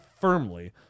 firmly